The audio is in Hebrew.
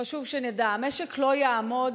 חשוב שנדע: המשק לא יעמוד